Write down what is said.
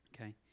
Okay